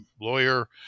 lawyer